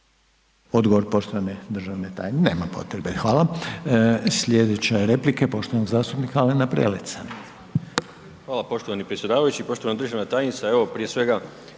Odgovor poštovane državne tajnice. Nema potrebe, hvala. Sljedeća replika je poštovanog zastupnika Alena Preleca. **Prelec, Alen (SDP)** Hvala poštovani predsjedavajući. Poštovana državna tajnice,